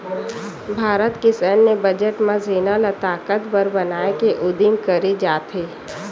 भारत के सैन्य बजट म सेना ल ताकतबर बनाए के उदिम करे जाथे